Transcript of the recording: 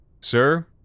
Sir